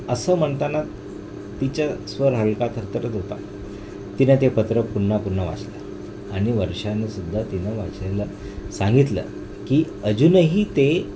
असं म्हणताना तिच्या स्वर हलका थरथरत होता तिनं ते पत्र पुन्हा पुन्हा वाचलं आणि वर्षांनीसुद्धा तिनं वाचयला सांगितलं की अजूनही ते